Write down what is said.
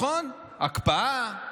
הקפאה,